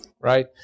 Right